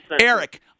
Eric